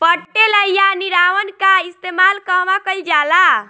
पटेला या निरावन का इस्तेमाल कहवा कइल जाला?